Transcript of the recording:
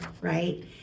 right